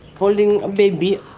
holding a baby.